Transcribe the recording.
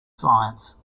science